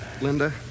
Linda